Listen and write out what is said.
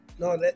No